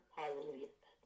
Hallelujah